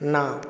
না